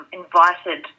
invited